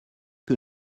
que